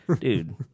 dude